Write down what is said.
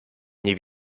nie